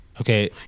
Okay